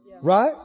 right